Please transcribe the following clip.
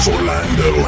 Orlando